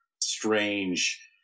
strange